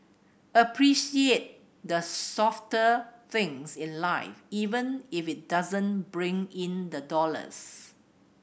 appreciate the softer things in life even if it doesn't bring in the dollars